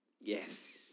Yes